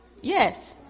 Yes